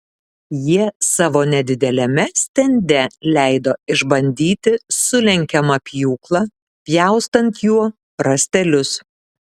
jie savo nedideliame stende leido išbandyti sulenkiamą pjūklą pjaustant juo rąstelius